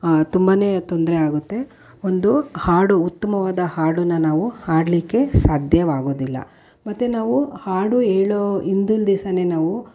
ತುಂಬಾ ತೊಂದರೆಯಾಗುತ್ತೆ ಒಂದು ಹಾಡು ಉತ್ತಮವಾದ ಹಾಡನ್ನು ನಾವು ಹಾಡಲಿಕ್ಕೆ ಸಾಧ್ಯವಾಗೋದಿಲ್ಲ ಮತ್ತು ನಾವು ಹಾಡು ಹೇಳೋ ಹಿಂದಿನ ದಿವಸವೇ ನಾವು